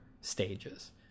stages